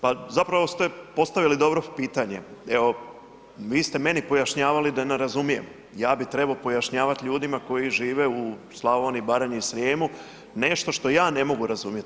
Pa zapravo ste postavili dobro pitanje, evo vi ste meni pojašnjavali da ne razumijem, ja bi trebao pojašnjavat ljudima koji žive u Slavoniji, Baranji i Srijemu nešto što ja ne mogu razumjeti.